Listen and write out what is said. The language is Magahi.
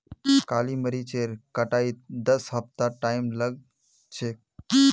काली मरीचेर कटाईत दस हफ्तार टाइम लाग छेक